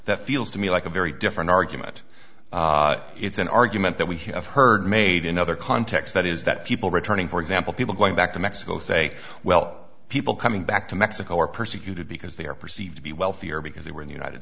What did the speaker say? that feels to me like a very different argument it's an argument that we have heard made in other contexts that is that people returning for example people going back to mexico say well people coming back to mexico are persecuted because they are perceived to be wealthier because they were in the united